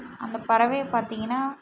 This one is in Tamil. அந்த பறவையை பார்த்திங்கன்னா